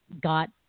got